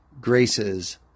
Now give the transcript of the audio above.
graces